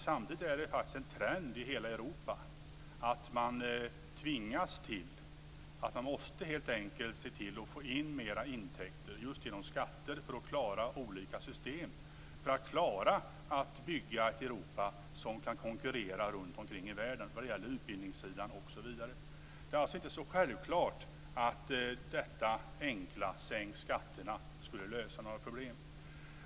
Samtidigt är det en trend i hela Europa att man tvingas till, att man helt enkelt måste se till, att få in mer intäkter just genom skatter för att klara olika system. Det behövs för att man ska klara att bygga ett Europa som kan konkurrera runtomkring i världen vad gäller utbildning osv. Det är alltså inte så självklart att detta enkla: Sänk skatterna!, skulle lösa några problem.